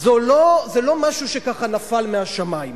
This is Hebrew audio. זה לא משהו שככה נפל מהשמים.